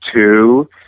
Two